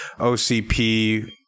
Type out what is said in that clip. OCP